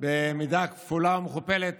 במידה כפולה ומכופלת